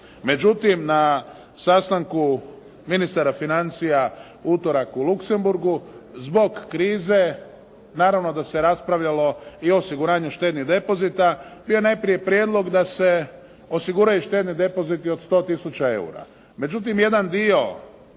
Međutim na sastanku ministara financija u utorak u Luksemburgu zbog krize naravno da se raspravljalo i o osiguranju štednih depozita, bio najprije prijedlog da se osiguraju štedni depoziti od 100 tisuća eura.